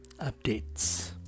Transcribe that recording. updates